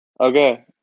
Okay